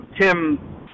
Tim